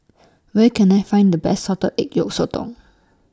Where Can I Find The Best Salted Egg Yolk Sotong